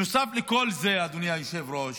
נוסף לכל זה, אדוני היושב-ראש,